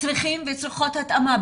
צריכים וצריכות התאמה.